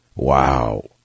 Wow